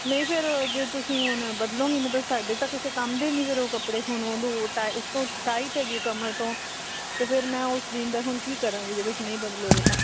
ਨਹੀਂ ਫਿਰ ਜੇ ਤੁਸੀਂ ਹੁਣ ਬਦਲੋਗੇ ਨਹੀਂ ਤਾਂ ਸਾਡੇ ਤਾਂ ਕਿਸੇ ਕੰਮ ਦੇ ਨਹੀਂ ਫਿਰ ਉਹ ਕੱਪੜੇ ਹੁਣ ਉਹਨੂੰ ਟਾਏ ਉਸ ਤੋਂ ਟਾਈਟ ਹੈਗੀ ਕਮਰ ਤੋਂ ਅਤੇ ਫਿਰ ਮੈਂ ਉਸ ਜੀਨ ਦਾ ਹੁਣ ਕੀ ਕਰਾਂਗੀ ਜਦੋਂ ਤੁਸੀਂ ਨਹੀਂ ਬਦਲੋਗੇ ਤਾਂ